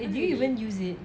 you didn't even use it